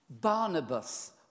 Barnabas